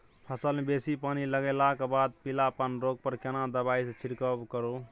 फसल मे बेसी पानी लागलाक बाद पीलापन रोग पर केना दबाई से छिरकाव करब?